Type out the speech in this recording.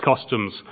customs